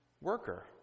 worker